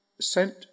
sent